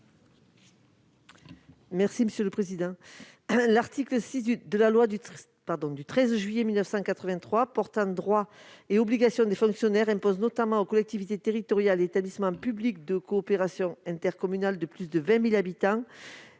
est à Mme Guylène Pantel. L'article 6 de la loi du 13 juillet 1983 portant droits et obligations des fonctionnaires impose notamment aux collectivités territoriales et établissements publics de coopération intercommunale de plus de 20 000 habitants